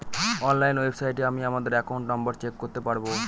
online ওয়েবসাইটে আমি আমাদের একাউন্ট নম্বর চেক করতে পারবো